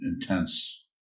intense